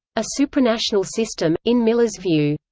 a supranational system, in miller's view,